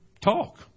talk